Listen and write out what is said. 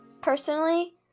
personally